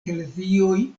eklezioj